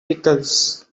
pickles